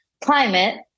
climate